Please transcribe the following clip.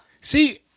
See